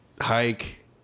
Hike